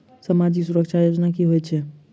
सामाजिक सुरक्षा योजना की होइत छैक?